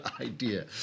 idea